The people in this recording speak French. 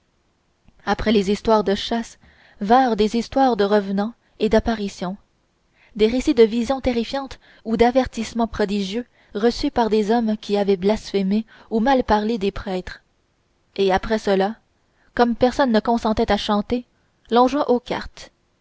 après les histoires de chasse vinrent les histoires de revenants et d'apparitions des récits de visions terrifiantes ou d'avertissements prodigieux reçus par des hommes qui avaient blasphémé ou mal parlé des prêtres et après cela comme personne ne consentait à chanter l'on joua aux cartes